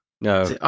No